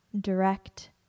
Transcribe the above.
direct